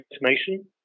information